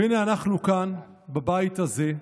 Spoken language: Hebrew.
והינה אנחנו כאן בבית הזה,